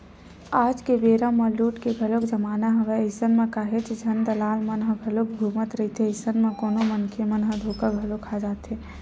आज के बेरा म लूट के घलोक जमाना हवय अइसन म काहेच झन दलाल मन ह घलोक घूमत रहिथे, अइसन म कोनो मनखे मन ह धोखा घलो खा जाथे